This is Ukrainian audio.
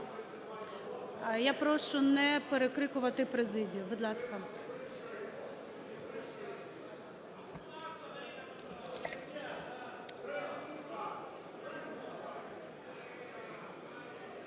Я прошу не перекрикувати президію, будь ласка.